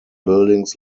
buildings